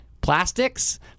Plastics